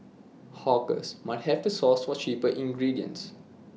hawkers might have to source for cheaper ingredients